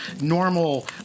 normal